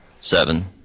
seven